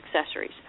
accessories